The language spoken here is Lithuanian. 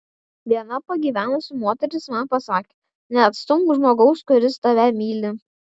viena pagyvenusi moteris man pasakė neatstumk žmogaus kuris tave myli